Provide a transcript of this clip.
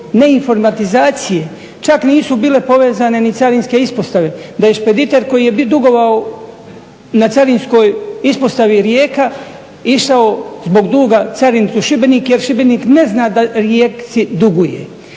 neinformatizacije čak nisu bile povezane ni carinske ispostave, da je špediter koji je dugovao na Carinskoj ispostavi Rijeka išao zbog duga carinit u Šibenik jer Šibenik ne zna da Rijeci duguje.